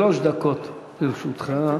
שלוש דקות לרשותך.